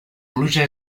pluja